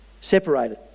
separated